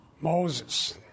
moses